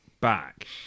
back